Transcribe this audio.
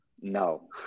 No